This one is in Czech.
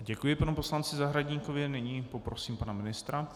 Děkuji panu poslanci Zahradníkovi a nyní poprosím pana ministra.